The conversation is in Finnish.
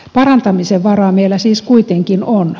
parantamisen varaa meillä siis kuitenkin on